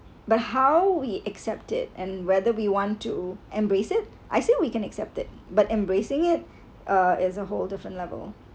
but how we accept it and whether we want to embrace it I said we can accepted but embracing it uh is a whole different level